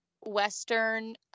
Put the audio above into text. Western